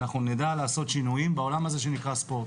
אנחנו נדע לעשות שינויים בעולם הזה שנקרא ספורט.